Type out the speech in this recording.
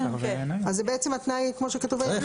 זה בעצם התנאי כמו שכתוב היום.